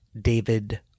David